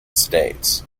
states